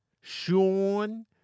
Sean